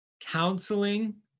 counseling